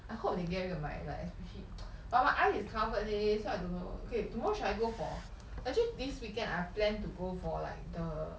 I hope they get rid of my like especially but my eye is covered leh so I don't know okay tomorrow should I go for actually this weekend I plan to go for like the